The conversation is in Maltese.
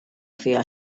fiha